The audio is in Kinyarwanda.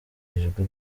ijwi